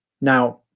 now